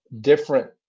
different